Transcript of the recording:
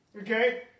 Okay